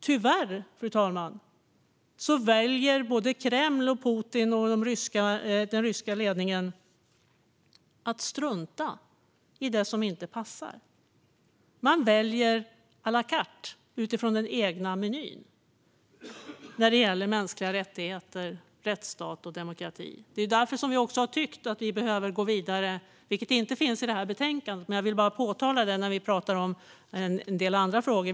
Tyvärr, fru talman, väljer både Kreml, Putin och den ryska ledningen att strunta i det som inte passar. Man väljer à la carte utifrån den egna menyn när det gäller mänskliga rättigheter, rättsstat och demokrati. Det är därför vi har tyckt att vi behöver gå vidare. Detta finns inte i betänkandet, men jag vill bara påpeka det när vi talar om en del andra frågor.